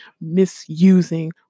misusing